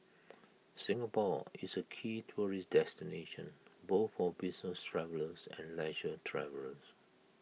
Singapore is A key tourist destination both for business travellers and leisure travellers